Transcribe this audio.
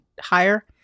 higher